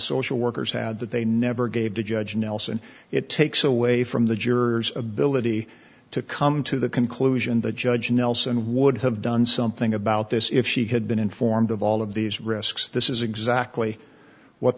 social workers had that they never gave to judge nelson it takes away from the jurors ability to come to the conclusion that judge nelson would have done something about this if she had been informed of all of these risks this is exactly what